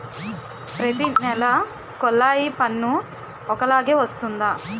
ప్రతి నెల కొల్లాయి పన్ను ఒకలాగే వస్తుందా?